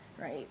right